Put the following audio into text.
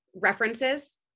References